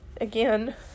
Again